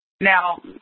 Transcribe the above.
Now